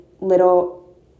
little